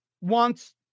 wants